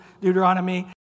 Deuteronomy